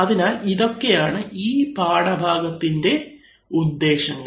അതിനാൽ ഇതൊക്കെയാണ് ഈ പാഠഭാഗത്തിന് റെ ഉദ്ദേശങ്ങൾ